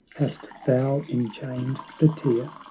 hast thou enchained the tear,